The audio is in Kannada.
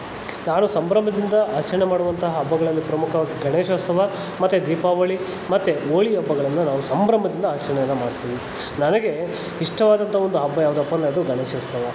ನಾನು ಸಂಭ್ರಮದಿಂದ ಆಚರಣೆ ಮಾಡುವಂಥ ಹಬ್ಬಗಳಲ್ಲಿ ಪ್ರಮುಖವಾಗಿ ಗಣೇಶೋತ್ಸವ ಮತ್ತು ದೀಪಾವಳಿ ಮತ್ತು ಹೋಳಿ ಹಬ್ಬಗಳನ್ನು ನಾವು ಸಂಭ್ರಮದಿಂದ ಆಚರಣೆಯನ್ನು ಮಾಡ್ತೀವಿ ನನಗೆ ಇಷ್ಟವಾದಂಥ ಒಂದು ಹಬ್ಬ ಯಾವುದಪ್ಪ ಅಂದರೆ ಅದು ಗಣೇಶೋತ್ಸವ